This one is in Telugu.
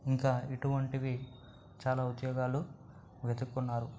ఇంకా ఇటువంటివి చాలా ఉద్యోగాలు వెతుక్కున్నారు